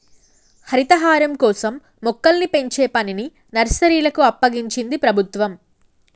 హరితహారం కోసం మొక్కల్ని పెంచే పనిని నర్సరీలకు అప్పగించింది ప్రభుత్వం